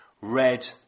red